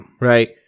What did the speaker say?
right